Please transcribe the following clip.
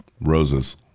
Roses